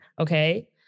Okay